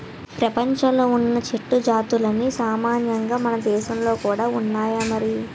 ప్రపంచంలో ఉన్న చెట్ల జాతులన్నీ సామాన్యంగా మనదేశంలో కూడా ఉన్నాయి మరి